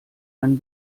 ein